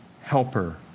helper